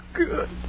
good